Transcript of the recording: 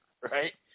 Right